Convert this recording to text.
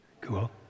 Cool